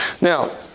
Now